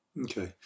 Okay